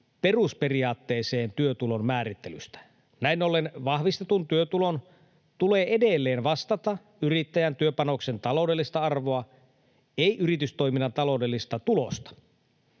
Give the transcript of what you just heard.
perusperiaatteeseen työtulon määrittelystä. Näin ollen vahvistetun työtulon tulee edelleen vastata yrittäjän työpanoksen taloudellista arvoa, ei yritystoiminnan taloudellista tulosta.